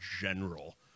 general